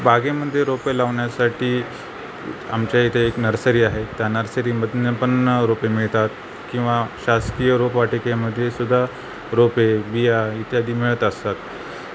बागेमध्ये रोपे लावण्यासाठी आमच्या इथे एक नर्सरी आहे त्या नर्सरीमधनंपण रोपे मिळतात किंवा शासकीय रोपवाटिकेमध्येसुद्धा रोपे बिया इत्यादी मिळत असतात